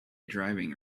driving